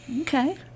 Okay